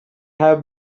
have